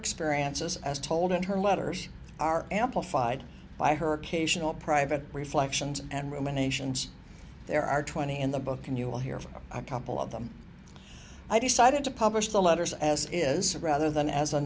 experiences as told in her letters are amplified by her occasional private reflections and ruminations there are twenty in the book and you will hear from a couple of them i decided to publish the letters as is rather than as a